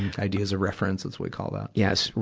ideas of references, we call that. yes.